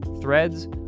Threads